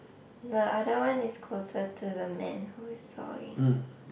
the other one is closer to the man who is sawing